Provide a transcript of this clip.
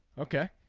okay.